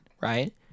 right